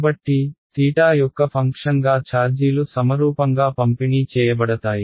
కాబట్టి యొక్క ఫంక్షన్గా ఛార్జీలు సమరూపంగా పంపిణీ చేయబడతాయి